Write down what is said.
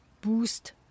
boost